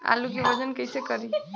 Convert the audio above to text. आलू के वजन कैसे करी?